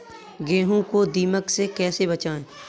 गेहूँ को दीमक से कैसे बचाएँ?